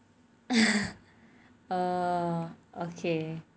oh okay